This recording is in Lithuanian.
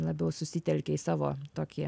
labiau susitelkė į savo tokį